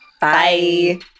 Bye